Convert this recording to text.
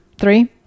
Three